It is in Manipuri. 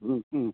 ꯎꯝ ꯎꯝ